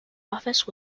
office